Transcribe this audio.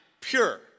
pure